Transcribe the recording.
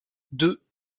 deux